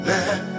Let